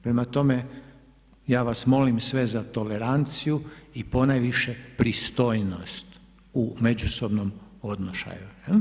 Prema tome, ja vas molim sve za toleranciju i ponajviše pristojnost u međusobnom odnošaju.